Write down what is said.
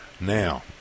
Now